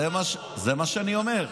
זה מה שאני אומר.